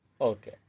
Okay